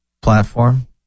platform